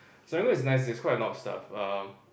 Serangoon is nice it has quite a lot of stuff um